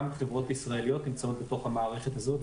חברות ישראליות נמצאות בתוך המערכת הזאת.